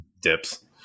dips